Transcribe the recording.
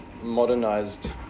modernized